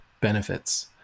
benefits